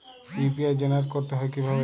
UPI generate করতে হয় কিভাবে?